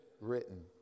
written